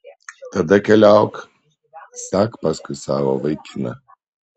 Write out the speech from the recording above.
tada keliauk sek paskui savo vaikiną